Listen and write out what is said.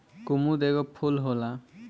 कुमुद एगो फूल होला